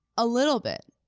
a little bit.